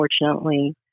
unfortunately